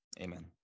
amen